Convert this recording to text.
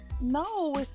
no